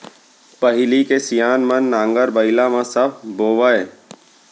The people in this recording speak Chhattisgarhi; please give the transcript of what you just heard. पहिली के सियान मन नांगर बइला म सब बोवयँ